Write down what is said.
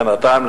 בינתיים,